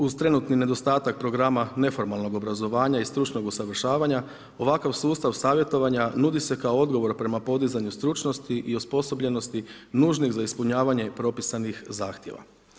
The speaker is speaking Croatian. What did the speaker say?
Uz trenutni nedostatak programa neformalnog obrazovanja i stručnog usavršavanja, ovakav sustav savjetovanja nudi se kao odgovor prema podizanju stručnosti i osposobljenosti nužnih za ispunjavanje propisanih zahtjeva.